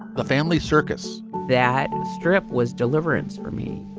the family circus that strip was deliverance for me.